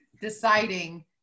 deciding